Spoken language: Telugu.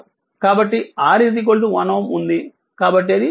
కాబట్టి R 1 Ω ఉంది కాబట్టి అది 2